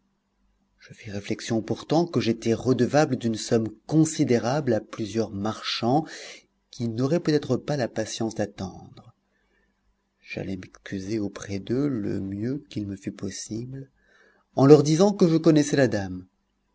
je fis réflexion pourtant que j'étais redevable d'une somme considérable à plusieurs marchands qui n'auraient peut-être pas la patience d'attendre j'allai m'excuser auprès d'eux le mieux qu'il me fut possible en leur disant que je connaissais la dame